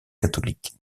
catholiques